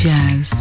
Jazz